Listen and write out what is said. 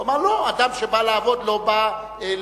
הוא אמר: לא, אדם שבא לעבוד לא בא ללדת.